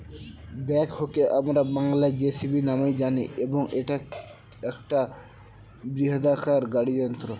ব্যাকহোকে আমরা বংলায় জে.সি.বি নামেই জানি এবং এটা একটা বৃহদাকার গাড়ি যন্ত্র